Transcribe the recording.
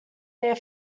their